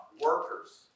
Workers